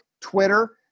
Twitter